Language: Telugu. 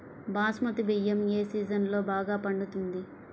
బాస్మతి బియ్యం ఏ సీజన్లో బాగా పండుతుంది?